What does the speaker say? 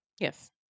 Yes